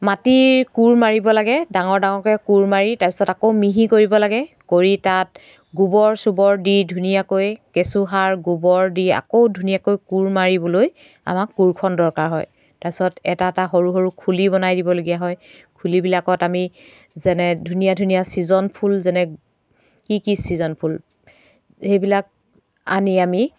মাটি কোৰ মাৰিব লাগে ডাঙৰ ডাঙৰকে কোৰ মাৰি আকৌ মিহি কৰিব লাগে কৰি তাত গোবৰ চোবৰ দি ধুনীয়াকৈ কেঁচু সাৰ গোবৰ দি আকৌ ধুনীয়াকৈ কোৰ মাৰিবলৈ আমাক কোৰখন দৰকাৰ হয় তাৰছত এটা এটা সৰু খুলি বনাই দিবলগীয়া হয় খুলিবিলাকত আমি ধুনীয়া ধুনীয়া ছিজন ফুল যেনে কি কি ছিজন ফুল সেইবিলাক আনি আমি